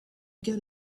get